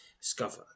discover